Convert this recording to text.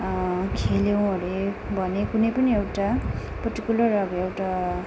खेल्यौँ अरे भने कुनै पनि एउटा पर्टिकुलर अब एउटा